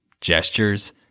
gestures